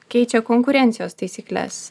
keičia konkurencijos taisykles